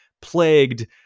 plagued